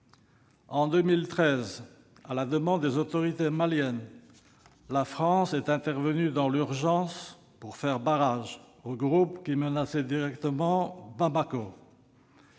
En 2013, à la demande des autorités maliennes, la France est intervenue dans l'urgence pour faire barrage aux groupes qui menaçaient directement Bamako.